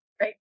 right